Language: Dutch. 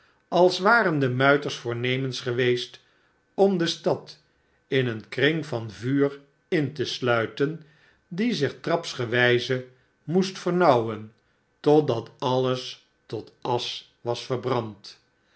als waren de muiters voornemens geweest om de stad in een kring van vuur in te sluiten die zich trapsgewijze moest vernauwen totdat alles tot asch was verbrand